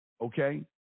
okay